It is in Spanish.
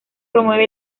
promueve